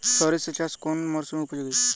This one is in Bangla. সরিষা চাষ কোন মরশুমে উপযোগী?